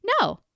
No